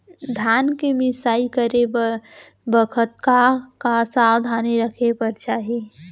धान के मिसाई करे के बखत का का सावधानी रखें बर चाही?